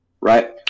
right